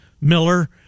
Miller